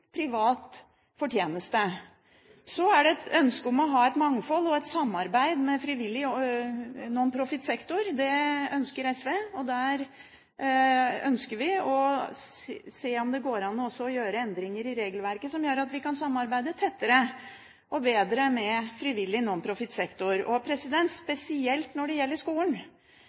privat fortjeneste. Så er det et ønske om å ha et mangfold og et samarbeid med frivillig nonprofitsektor. Det ønsker SV. Og her ønsker vi å se om det også går an å gjøre endringer i regelverket som gjør at vi kan samarbeide tettere og bedre med frivillig nonprofitsektor. Spesielt når det gjelder skolen,